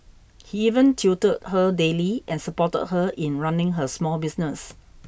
he even tutored her daily and supported her in running her small business